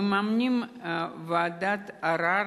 ממנים ועדת ערר